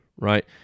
right